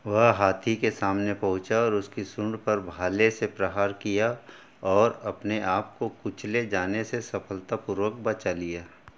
वह हाथी के सामने पहुँचा और उसकी सूँड पर भाले से प्रहार किया और अपने आपको कुचले जाने से सफलतापूर्वक बचा लिया